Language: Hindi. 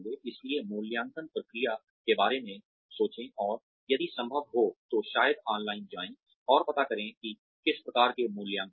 इसलिए मूल्यांकन प्रक्रिया के बारे में सोचें और यदि संभव हो तो शायद ऑनलाइन जाएं और पता करें कि किस प्रकार के मूल्यांकन हैं